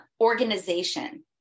organization